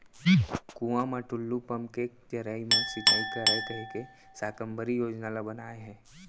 कुँआ म टूल्लू पंप के जरिए म सिंचई करय कहिके साकम्बरी योजना ल बनाए हे